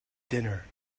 dinner